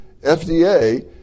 FDA